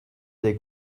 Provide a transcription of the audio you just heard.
they